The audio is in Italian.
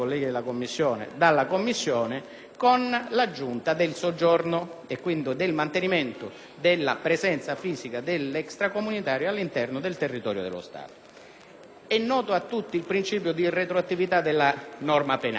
e quindi del mantenimento della presenza fisica dell'extracomunitario all'interno del territorio dello Stato. È noto a tutti il principio di irretroattività della norma penale, per cui la prima questione è come si possa accertare